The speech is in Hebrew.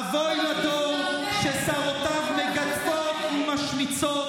אבוי לדור ששרותיו מגדפות ומשמיצות.